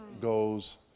goes